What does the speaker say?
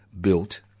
built